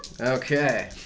Okay